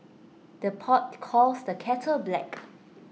the pot calls the kettle black